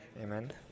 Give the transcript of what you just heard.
Amen